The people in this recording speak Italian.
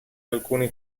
alcuni